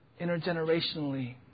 intergenerationally